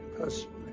personally